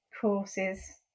courses